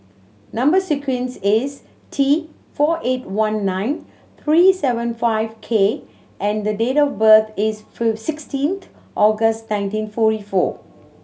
number sequence is T four eight one nine three seven five K and the date of birth is sixteenth August nineteen forty four